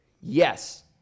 Yes